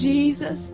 Jesus